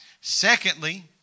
Secondly